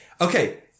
okay